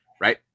right